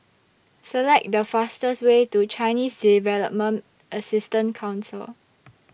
Select The fastest Way to Chinese Development Assistant Council